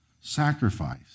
sacrifice